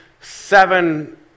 seven